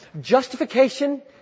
Justification